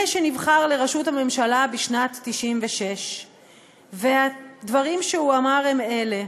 שנבחר לרשות הממשלה בשנת 1996. והדברים שהוא אמר הם אלה: